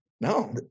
No